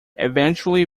eventually